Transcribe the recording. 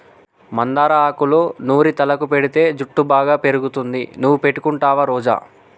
మందార ఆకులూ నూరి తలకు పెటితే జుట్టు బాగా పెరుగుతుంది నువ్వు పెట్టుకుంటావా రోజా